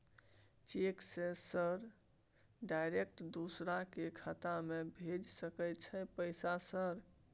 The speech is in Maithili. चेक से सर डायरेक्ट दूसरा के खाता में भेज सके छै पैसा सर?